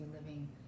living